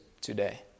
today